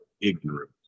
ignorant